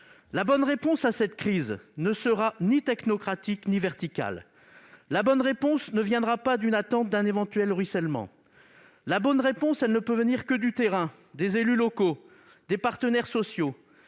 La bonne réponse à cette crise ne sera ni technocratique ni verticale. La bonne réponse ne viendra pas d'un éventuel ruissellement. La bonne réponse ne peut venir que du terrain, des élus locaux, des partenaires sociaux